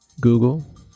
Google